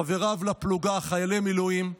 חבריו לפלוגה, חיילי מילואים,